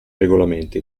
regolamenti